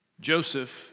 Joseph